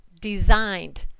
designed